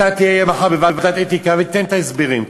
אתה תהיה מחר בוועדת האתיקה ותיתן את ההסברים.